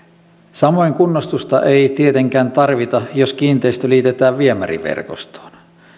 samoin kunnostusta ei tietenkään tarvita jos kiinteistö liitetään viemäriverkostoon